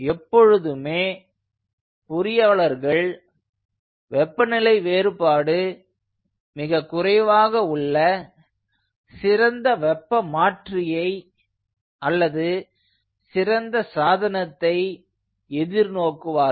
எப்பொழுதுமே பொறியாளர்கள் வெப்பநிலை வேறுபாடு மிக குறைவாக உள்ள சிறந்த வெப்பப் பரிமாற்றியை அல்லது சிறந்த சாதனத்தை எதிர் நோக்குவார்கள்